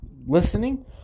listening